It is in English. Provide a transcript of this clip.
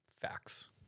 Facts